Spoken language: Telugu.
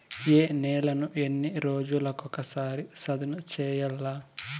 ఏ నేలను ఎన్ని రోజులకొక సారి సదును చేయల్ల?